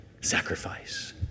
sacrifice